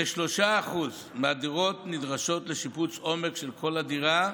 כ-3% מהדירות נדרשות לשיפוץ עומק של כל הדירה,